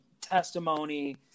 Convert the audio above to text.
testimony